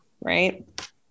right